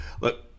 look